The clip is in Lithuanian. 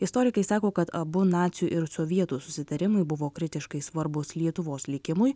istorikai sako kad abu nacių ir sovietų susitarimai buvo kritiškai svarbūs lietuvos likimui